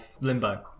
limbo